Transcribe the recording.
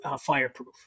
fireproof